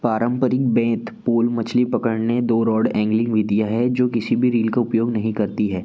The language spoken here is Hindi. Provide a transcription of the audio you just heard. पारंपरिक बेंत पोल मछली पकड़ने दो रॉड एंगलिंग भी दिया है जो किसी भी रील का उपयोग नहीं करती है